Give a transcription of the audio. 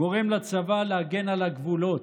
גורם לצבא להגן על הגבולות.